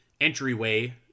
entryway